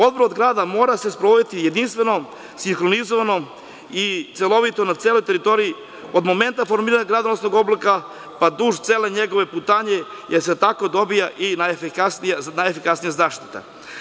Odbrana od grada mora se sprovoditi jedinstveno, sinhronizovano i celovito na celoj teritoriji od momenta formiranja gradonosnog oblaka, pa duž cele njegove putanje, jer se tako dobija najefikasnija zaštita.